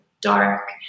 dark